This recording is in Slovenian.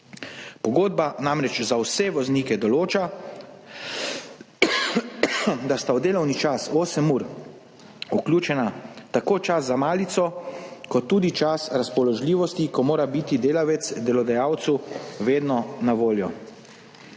Pogodba namreč za vse voznike določa, da sta v delovni čas osmih ur vključena tako čas za malico kot tudi čas razpoložljivosti, ko mora biti delavec delodajalcu vedno na voljo.